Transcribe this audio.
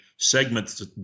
segments